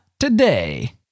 Today